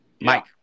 Mike